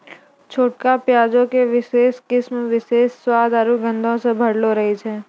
छोटका प्याजो के विशेष किस्म विशेष स्वाद आरु गंधो से भरलो रहै छै